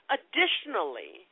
Additionally